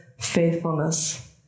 faithfulness